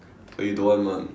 but you don't want [one]